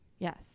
Yes